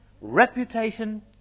reputation